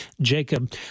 Jacob